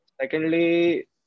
Secondly